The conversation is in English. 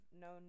known